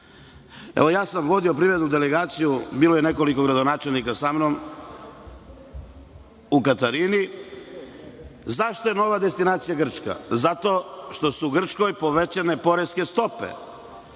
Vodio sam privrednu delegaciju i bilo je nekoliko gradonačelnika sa mnom u Katerini. Zašto je nova destinacija Grčka? Zato što su u Grčkoj povećane poreske stope